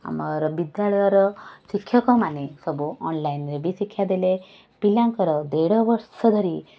ଆମର ବିଦ୍ୟାଳୟର ଶିକ୍ଷକମାନେ ସବୁ ଅନଲାଇନ୍ରେ ବି ଶିକ୍ଷା ଦେଲେ ପିଲାଙ୍କର ଦେଢ଼ବର୍ଷ ଧରି